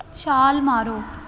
ਛਾਲ ਮਾਰੋ